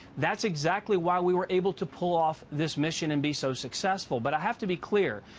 that's exactly why we were able to pull off this mission and be so successful. but i have to be clear,